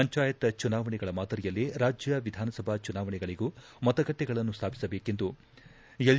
ಪಂಚಾಯತ್ ಚುನಾವಣೆಗಳ ಮಾದರಿಯಲ್ಲೇ ರಾಜ್ಯ ವಿಧಾನಸಭಾ ಚುನಾವಣೆಗಳಿಗೂ ಮತಗಟ್ಟೆಗಳನ್ನು ಸ್ಥಾಪಿಸಬೇಕೆಂದು ಎಲ್